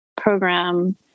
program